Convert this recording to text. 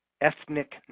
ethnic